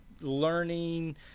learning –